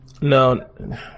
No